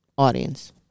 audience